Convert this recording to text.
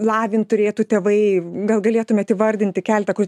lavint turėtų tėvai gal galėtumėt įvardinti keletą kur